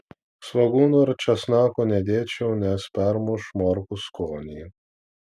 svogūnų ir česnakų nedėčiau nes permuš morkų skonį